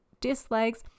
dislikes